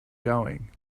going